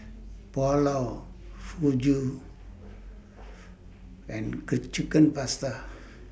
Pulao Fugu and Chicken Pasta